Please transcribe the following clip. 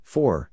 Four